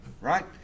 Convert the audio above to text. right